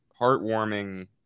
heartwarming